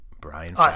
Brian